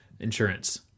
insurance